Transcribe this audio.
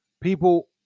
people